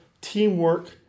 teamwork